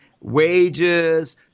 Wages